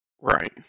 Right